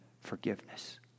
forgiveness